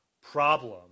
problem